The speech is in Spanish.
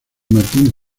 martin